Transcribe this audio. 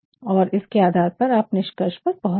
और इसके आधार पर आप निष्कर्ष पर पहुंचते हैं